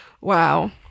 Wow